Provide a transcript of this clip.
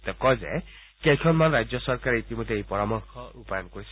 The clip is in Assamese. তেওঁ কয় যে কেইখনমান ৰাজ্য চৰকাৰে ইতিমধ্যে এই পৰামৰ্শক কাৰ্য ৰূপায়ণ কৰিছে